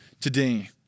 today